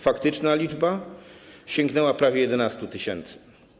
Faktyczna liczba sięgnęła prawie 11 tys.